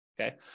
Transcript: okay